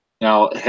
now